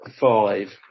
five